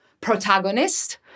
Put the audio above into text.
protagonist